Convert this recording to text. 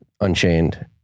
Unchained